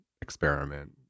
experiment